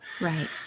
Right